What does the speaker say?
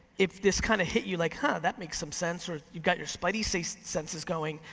if this kinda hit you like huh that makes some sense, or you've got your spidey so senses going,